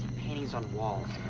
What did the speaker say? paintings on walls.